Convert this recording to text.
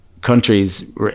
countries